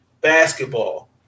basketball